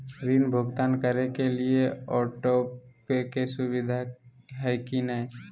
ऋण भुगतान करे के लिए ऑटोपे के सुविधा है की न?